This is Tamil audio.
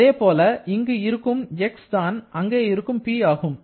அதேபோல இங்கு இருக்கும் x தான் அங்கே இருக்கும் P ஆகும்